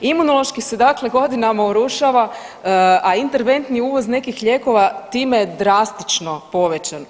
Imunološki se dakle godinama urušava, a interventni uvoz nekih lijekova time je drastično povećan.